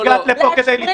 את הגעת לפה כדי לצרוח.